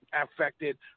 affected